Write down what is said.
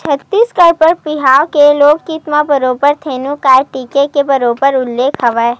छत्तीसगढ़ी बर बिहाव के लोकगीत म बरोबर धेनु गाय टीके के बरोबर उल्लेख हवय